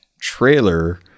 trailer